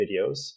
videos